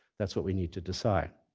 that's what we need to decide.